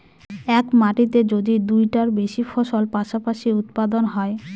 এক মাটিতে যদি দুইটার বেশি ফসল পাশাপাশি উৎপাদন হয়